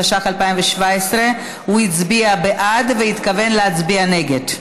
התשע"ח 2017. הוא הצביע בעד והתכוון להצביע נגד.